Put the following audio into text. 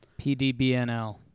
PDBNL